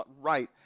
right